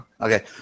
Okay